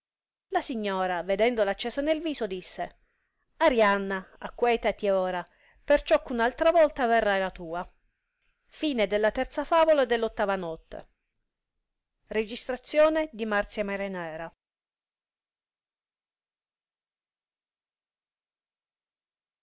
la signora vedendola accesa nel viso disse arianna acquetati ora perciò che un altra volta verrà la tua e voltatasi verso alteria le comandò che la